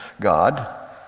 God